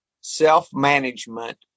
self-management